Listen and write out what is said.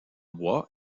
bois